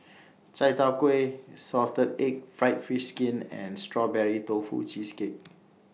Chai Tow Kway Salted Egg Fried Fish Skin and Strawberry Tofu Cheesecake